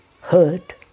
hurt